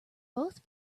both